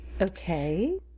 Okay